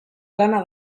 lana